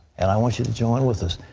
and i want you to join with us.